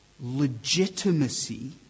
legitimacy